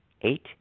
Eight